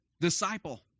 disciple